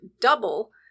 double